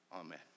Amen